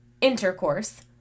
intercourse